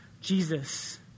Jesus